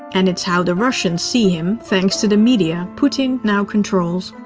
and it's how the russians see him, thanks to the media putin now controls.